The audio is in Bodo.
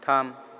थाम